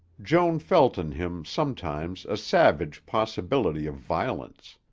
joan felt in him sometimes a savage possibility of violence.